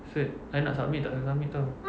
cert I nak submit you tak akan submit [tau]